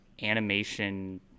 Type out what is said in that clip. Animation